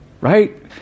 right